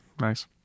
Nice